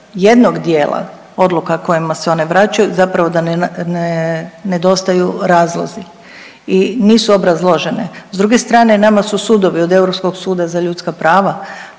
jednog dijela odluka kojima se one vraćaju zapravo da nedostaju razlozi i nisu obrazložene. S druge strane nama su sudovi od Europskog suda za ljudska prava